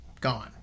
Gone